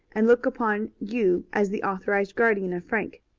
and look upon you as the authorized guardian of frank.